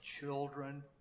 children